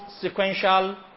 sequential